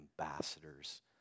ambassadors